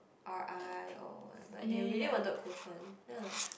r_i or what but they really wanted Kuo Chuan then like